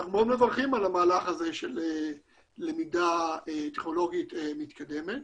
אנחנו מברכים על המהלך של למידה טכנולוגית מתקדמת.